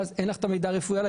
ואין לך את המידע הרפואי עלי,